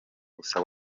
gusa